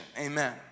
amen